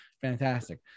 fantastic